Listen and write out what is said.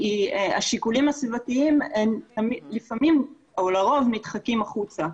השיקולים הסביבתיים הם לפעמים או לרוב נדחקים החוצה.